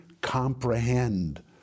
comprehend